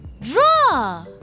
draw